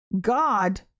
God